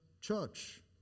church